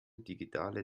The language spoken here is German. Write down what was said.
digitale